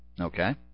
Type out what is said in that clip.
Okay